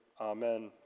Amen